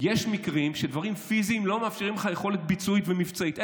יש מקרים שדברים פיזיים לא מאפשרים לך יכולת ביצועית ומבצעית.